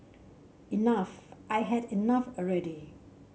enough I had enough already